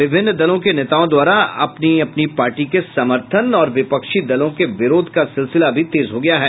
विभिन्न दलों के नेताओं द्वारा अपनी पार्टी के समर्थन और विपक्षी दलों के विरोध का सिलसिला भी तेज हो गया है